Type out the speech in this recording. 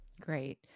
Great